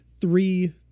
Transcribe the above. three